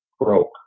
broke